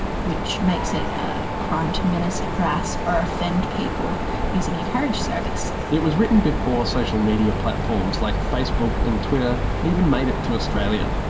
which makes it a crime to menace, harass or offend people using a carriage service. it was written before social media platforms like facebook and twitter even made it to australia.